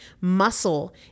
Muscle